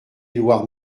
edouard